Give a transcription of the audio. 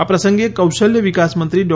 આ પ્રસંગે કૌશલ્ય વિકાસ મંત્રી ડો